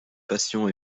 patients